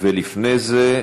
לפני זה,